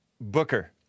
Booker